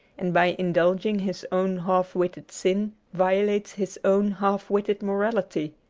and by indulging his own half-witted sin violates his own half-witted morality.